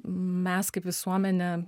mes kaip visuomenė